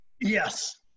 Yes